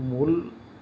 মূল